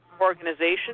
organization